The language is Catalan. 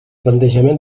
plantejament